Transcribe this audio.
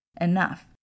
enough